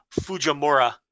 Fujimura